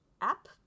app